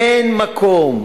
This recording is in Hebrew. אין מקום,